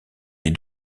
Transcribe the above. les